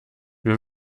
wir